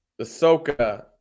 Ahsoka